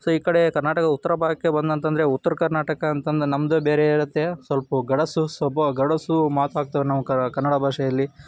so ಈ ಕಡೆ ಕರ್ನಾಟಕದ ಉತ್ತರ ಭಾಗಕ್ಕೆ ಬಂದಂತಂದರೆ ಉತ್ರ ಕರ್ನಾಟಕ ಅಂತಂದು ನಮ್ಮದು ಬೇರೆ ಇರುತ್ತೆ ಸ್ವಲ್ಪ ಗಡಸು ಸ್ವಲ್ಪ ಗಡಸು ಮಾತಾಡ್ತೇವೆ ನಾವು ಕನ್ನಡ ಭಾಷೆಯಲ್ಲಿ